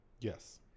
Yes